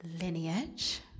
lineage